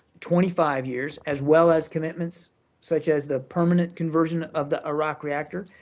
twenty five years, as well as commitments such as the permanent conversion of the arak reactor